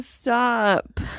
Stop